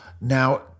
now